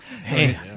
Hey